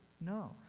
No